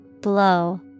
Blow